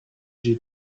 j’ai